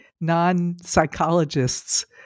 non-psychologists